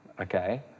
Okay